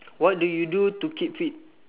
what do you do to keep fit